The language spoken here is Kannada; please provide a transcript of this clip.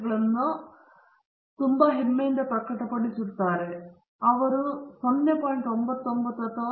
ಡಿಗ್ರಿ ಸ್ವಾತಂತ್ರ್ಯದ ಸಂಖ್ಯೆಗೆ ಸರಳವಾಗಿ ಈ ಎರಡು ಸೇರ್ಪಡೆಯಾಗಿದೆ ಮತ್ತು ಅದು ಎನ್ ಮೈನಸ್ 1 ಆಗುತ್ತದೆ ಮತ್ತು ಹಿಂಜರಿತದ ಚೌಕಗಳ ಮೊತ್ತ ಮತ್ತು ದೋಷದ ಚೌಕಗಳ ಮೊತ್ತವು ಒಟ್ಟು ಮೊತ್ತದ ಮೊತ್ತವಾಗಿದೆ